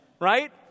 right